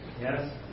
Yes